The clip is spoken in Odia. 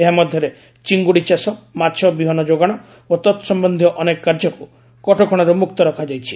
ଏହାମଧ୍ୟରେ ଚିଙ୍ଗୁଡ଼ି ଚାଷ ମାଛ ବିହନ ଯୋଗାଣ ଓ ତତ୍ସମ୍ଭନ୍ଧୀୟ ଅନେକ କାର୍ଯ୍ୟକୁ କଟକଣାରୁ ମୁକ୍ତ ରଖାଯାଇଛି